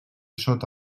sota